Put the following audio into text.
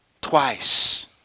twice